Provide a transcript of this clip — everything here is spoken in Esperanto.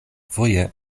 foje